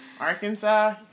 Arkansas